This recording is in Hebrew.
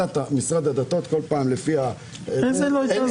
משרד הדתות בכל פעם --- איזה לא הייתה הסדרה?